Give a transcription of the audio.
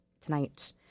tonight